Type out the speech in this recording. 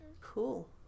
Cool